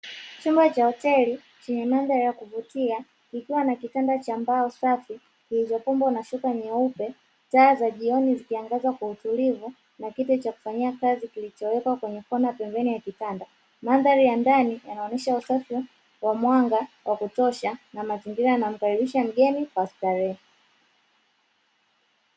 Chumba cha hoteli chenye mandhari ya kuvutia kikiwa na kitanda cha mbao safi kilichopambwa na shuka nyeupe, taa za jioni zikiangaza kwa utulivu na kiti cha kufanyia kazi kilichowekwa kwenye kona pembeni ya kitanda. Mandhari ya ndani inaonyesha usafi wa mwanga wa kutosha na mazingira yanayomkaribisha mgeni kwa starehe.